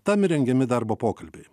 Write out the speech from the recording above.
tam ir rengiami darbo pokalbiai